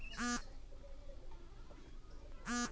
bank থেকে টাকা লিয়ে লোন লিভারেজ করা হতিছে